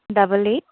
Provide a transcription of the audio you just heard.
double eight